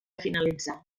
finalitzar